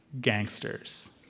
gangsters